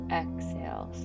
exhale